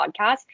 podcast